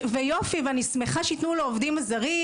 אני שמחה שיתנו זכויות לעובדים הזרים,